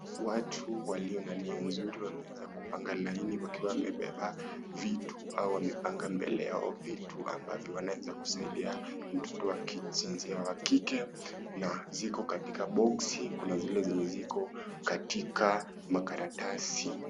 Watu walio na nia nzuri wameanza kupanga laini wakiwa wamebeba vitu au wamepanga mbele yao vitu ambavyo wanaweza kusaidia mtoto wa jinsia wa kike na ziko katika boksi kuna zile zenye ziko katika makaratasi.